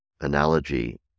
analogy